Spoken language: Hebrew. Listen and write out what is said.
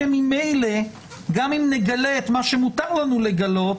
כי ממילא גם אם נגלה את מה שמותר לנו לגלות,